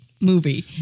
movie